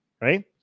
right